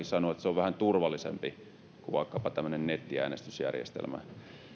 sanoa että meidän vaalijärjestelmä on vähän turvallisempi kuin vaikkapa tämmöinen nettiäänestysjärjestelmä